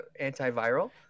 Antiviral